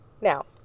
Now